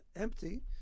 empty